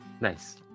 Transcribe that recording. Nice